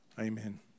Amen